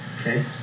okay